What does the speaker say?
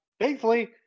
Thankfully